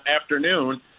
afternoon